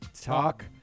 talk